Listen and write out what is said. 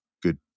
good